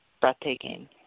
breathtaking